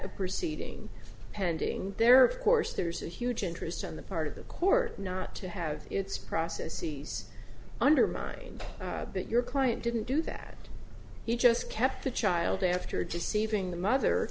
a proceeding pending there of course there's a huge interest on the part of the court not to have its processes undermined that your client didn't do that he just kept the child after deceiving the mother